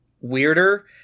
weirder